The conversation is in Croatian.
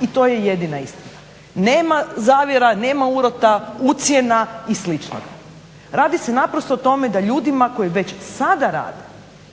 i to je jedina istina. Nema zavjera, nema urota, ucjena i sličnog. Radi se naprosto o tome da ljudima koji već sada rade,